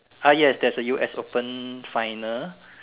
ah yes there's a US open final